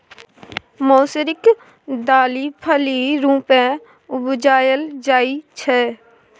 मौसरीक दालि फली रुपेँ उपजाएल जाइ छै